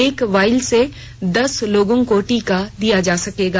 एक वाइल से दस लोगों को टीका दिया जा सकेगा